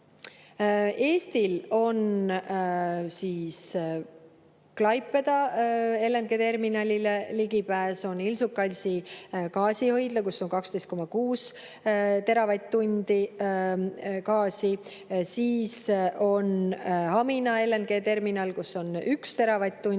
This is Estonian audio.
Eestil on Klaipeda LNG-terminalile ligipääs, on Inčukalnsi gaasihoidla, kus on 12,6 teravatt-tundi gaasi, on Hamina LNG-terminal, kus on üks teravatt-tund,